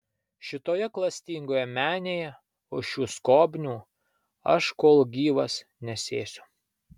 šitoje klastingoje menėje už šių skobnių aš kol gyvas nesėsiu